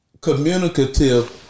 communicative